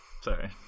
Sorry